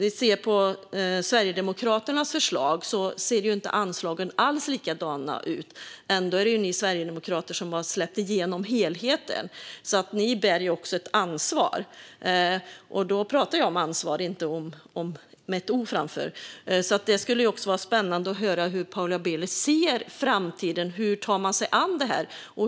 I Sverigedemokraternas förslag ser anslagen inte alls likadana ut, och ändå har ni sverigedemokrater släppt igenom helheten, Paula Bieler. Ni bär ett ansvar, och då pratar jag om ansvar, utan ett o framför. Det skulle vara spännande att höra hur Paula Bieler ser på framtiden och hur man ska sig an detta.